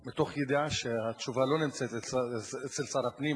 מתוך ידיעה שהתשובה לא נמצאת אצל שר החינוך,